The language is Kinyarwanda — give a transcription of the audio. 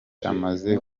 amaze